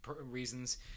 reasons